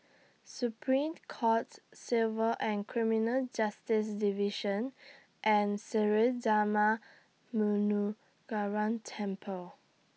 Supreme Court Civil and Criminal Justice Division and Sri Darma Temple